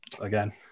again